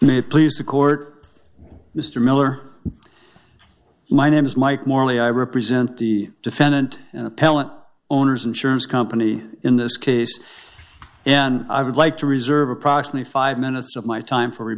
it please the court mr miller my name is mike morley i represent the defendant and appellant owner's insurance company in this case and i would like to reserve approximately five minutes of my time for